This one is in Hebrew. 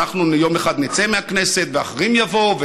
אנחנו יום אחד נצא מהכנסת ואחרים יבואו,